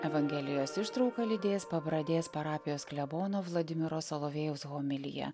evangelijos ištrauką lydės pabradės parapijos klebono vladimiro solovėjaus homilija